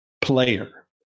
Player